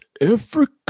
Africa